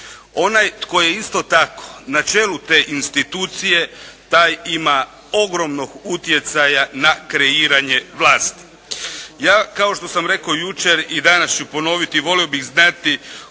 Onaj tko je isto tako na čelu te institucije taj ima ogromnog utjecaja na kreiranje vlasti. Ja kao što sam rekao jučer i danas ću ponoviti, volio bih znati koliko je